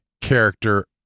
character